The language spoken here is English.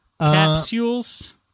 Capsules